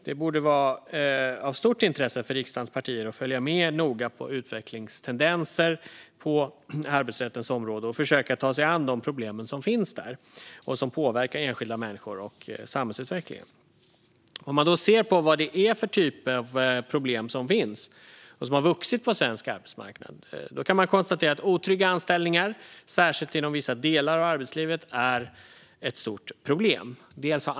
Det borde vara av stort intresse för riksdagens partier att noga följa utvecklingstendenser på arbetsrättens område och försöka ta sig an de problem som finns där och som påverkar enskilda människor och samhällsutvecklingen. Om man då ser på vad det är för typer av problem som finns och som har vuxit på svensk arbetsmarknad kan man konstatera att otrygga anställningar, särskilt inom vissa delar av arbetslivet, är ett stort problem.